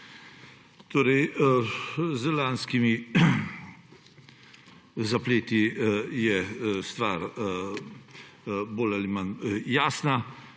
lepa. Z lanskimi zapleti je stvar bolj ali manj jasna